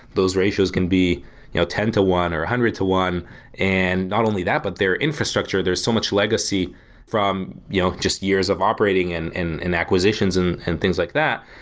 those ratios can be you know ten to one or one hundred to one and not only that, but their infrastructure, there are so much legacy from yeah just years of operating and and and acquisitions and and things like that.